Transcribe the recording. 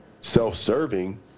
self-serving